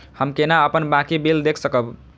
हम केना अपन बाँकी बिल देख सकब?